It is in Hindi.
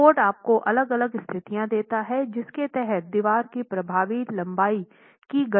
तो कोड आपको अलग अलग स्थितियां देता है जिसके तहत दीवार की प्रभावी लंबाई की गणना की जा सकती है